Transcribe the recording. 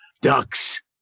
ducks